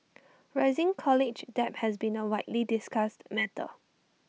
rising college debt has been A widely discussed matter